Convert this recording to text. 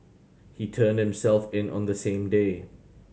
he turned himself in on the same day